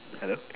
hello